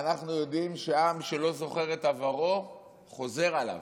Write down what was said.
אנחנו יודעים שעם שלא זוכר את עברו, חוזר עליו.